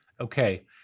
Okay